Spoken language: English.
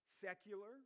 secular